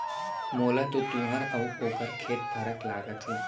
मोला तो तुंहर अउ ओकर खेत फरक लागत हे